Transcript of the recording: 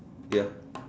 ya